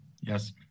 Yes